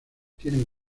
tienen